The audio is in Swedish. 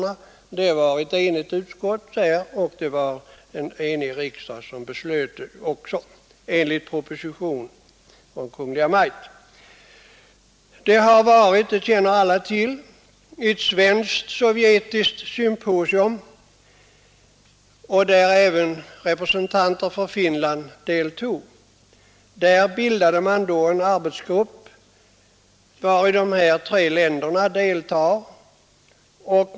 Bakom beslutet stod ett enigt utskott, och det var en enig riksdag som fattade det beslutet i enlighet med en proposition från Kungl. Maj:t. Det har varit det känner säkert alla till ett svensk-sovjetiskt symposium där även representanter för Finland deltog. Där bildades en arbetsgrupp, vari dessa tre länder deltar.